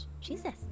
jesus